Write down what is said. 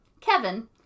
Kevin